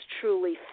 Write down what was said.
truly